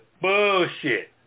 bullshit